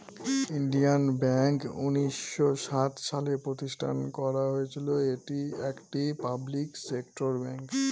Indian bank উনিশশো সাত সালে প্রতিষ্ঠান করা হয়েছিল এটি একটি পাবলিক সেক্টর ব্যাঙ্ক